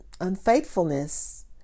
unfaithfulness